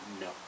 No